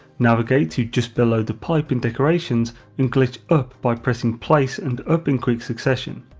navigate to just below the pipe in decorations and glitch up by pressing place and up in quick succession.